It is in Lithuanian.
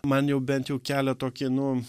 man jau bent jau kelia tokį nu